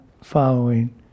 following